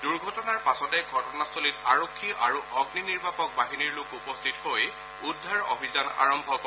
দুৰ্ঘটনাৰ পাছতে ঘটনাস্থলীত আৰক্ষী আৰু অগ্নিনিৰ্বাপক বাহিনীৰ লোক উপস্থিত হৈ উদ্ধাৰ অভিযান আৰম্ভ কৰে